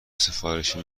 سفارشی